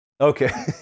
Okay